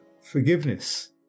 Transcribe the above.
forgiveness